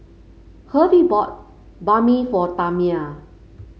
Hervey bought Banh Mi for Tamia